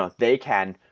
ah they can.